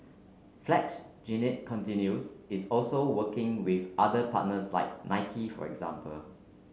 flex Jeannine continues is also working with other partners like Nike for example